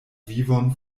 vivon